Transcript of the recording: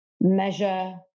measure